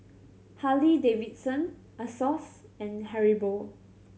Harley Davidson Asos and Haribo